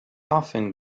often